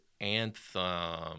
anthem